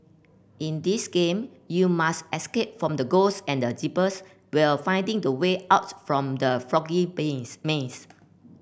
in this game you must escape from the ghosts and the while finding the way out from the foggy maze